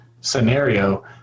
scenario